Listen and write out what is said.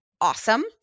awesome